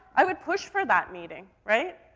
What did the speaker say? i would push for that meeting, right?